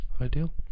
Ideal